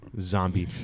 Zombie